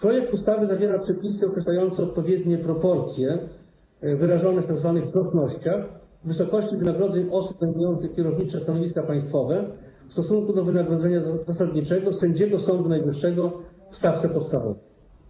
Projekt ustawy zawiera przepisy określające odpowiednie proporcje wyrażone w tzw. płatnościach w wysokości wynagrodzeń osób zajmujących kierownicze stanowiska państwowe w stosunku do wynagrodzenia zasadniczego sędziego Sądu Najwyższego w stawce podstawowej.